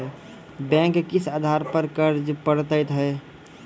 Bank किस आधार पर कर्ज पड़तैत हैं?